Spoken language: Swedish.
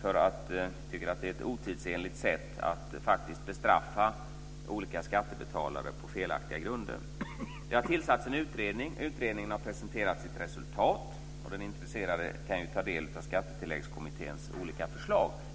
för att vi tycker att det är ett otidsenligt sätt att faktiskt bestraffa olika skattebetalare på felaktiga grunder. Det har tillsatts en utredning. Utredningen har presenterat ett resultat. Den intresserade kan ju ta del av Skattetilläggskommitténs olika förslag.